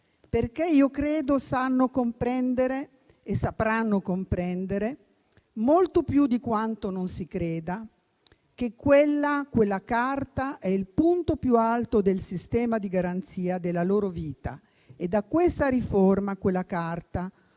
perché io credo che sanno e sapranno comprendere molto più di quanto non si creda che quella Carta è il punto più alto del sistema di garanzia della loro vita e da questa riforma quella Carta